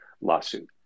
lawsuit